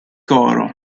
coro